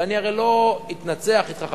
ואני לא אתנצח אתך,